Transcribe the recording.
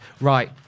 right